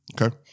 Okay